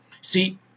See